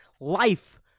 life